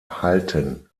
halten